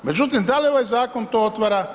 Međutim, da li ovaj zakon to otvara?